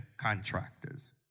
contractors